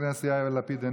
חבר הכנסת יאיר לפיד,